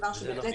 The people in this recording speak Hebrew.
בדיוק.